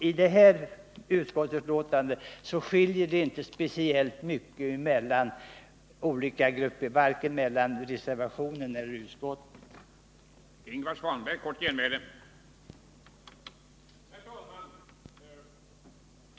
I det här utskottsbetänkandet skiljer det inte speciellt mycket mellan de olika grupperna — det är ingen större skillnad mellan reservanternas och utskottsmajoritetens skrivningar.